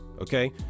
okay